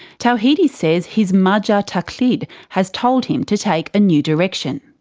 tawhidi says his marja taqlid has told him to take a new direction.